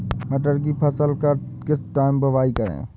मटर की फसल का किस टाइम बुवाई करें?